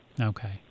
Okay